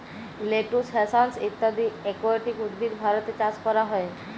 lettuce, hyacinth ইত্যদি aquatic উদ্ভিদ ভারতে চাস ক্যরা হ্যয়ে